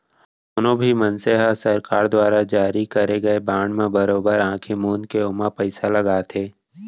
कोनो भी मनसे ह सरकार दुवारा जारी करे गए बांड म बरोबर आंखी मूंद के ओमा पइसा लगाथे